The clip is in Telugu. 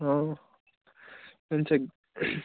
అవును నేను చెక్